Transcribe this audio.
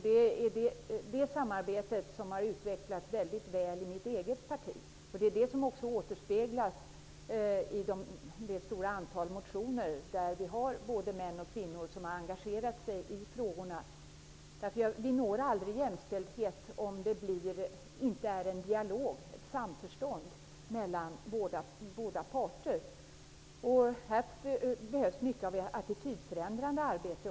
Det är det samarbetet som har utvecklats väl i mitt eget parti, och det återspeglas i det stora antal motioner där både män och kvinnor har engagerat sig i frågorna. Vi når aldrig jämställdhet om det inte råder en dialog, ett samförstånd, mellan båda parter. Här behövs mycket av attitydförändrande arbete.